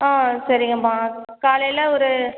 ஆ சரிங்கம்மா காலையில் ஒரு